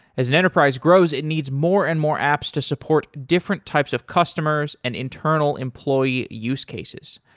as an enterprise grows, it needs more and more apps to support different types of customers and internal employee use cases.